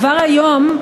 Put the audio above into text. כבר היום,